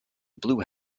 blue